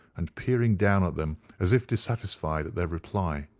and peering down at them as if dissatisfied at their reply.